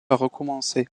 recommencer